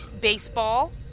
Baseball